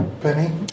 Penny